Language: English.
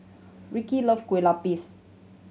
Ricki love Kueh Lupis